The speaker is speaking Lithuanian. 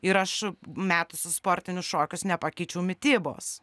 ir aš metusi sportinius šokius nepakeičiau mitybos